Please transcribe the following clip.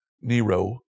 Nero